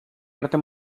arte